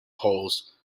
polls